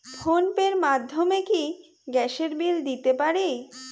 Phone pay র মাধ্যমে কি গ্যাসের বিল দিতে পারি?